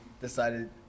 decided